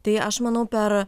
tai aš manau per